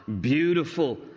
beautiful